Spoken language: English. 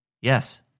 Yes